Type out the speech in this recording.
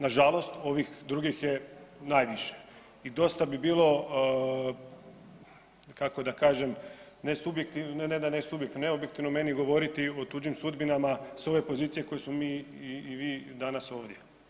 Nažalost ovih drugih je najviše i dosta bi bilo kako da kažem, ne subjektivno ne subjektivno neobjektivno meni govoriti o tuđim sudbinama s ove pozicije koje smo mi i vi danas ovdje.